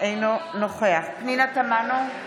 אינו נוכח פנינה תמנו,